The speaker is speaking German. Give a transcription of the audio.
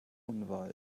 unwahr